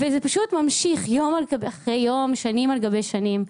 וזה פשוט ממשיך יום אחרי יום, שנים על גבי שנים.